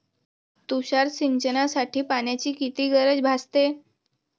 तुषार सिंचनासाठी पाण्याची किती गरज भासते?